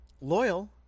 loyal